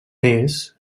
més